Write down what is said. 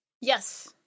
Yes